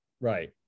Right